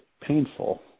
painful